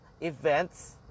events